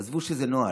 עזבו שזה נוהל.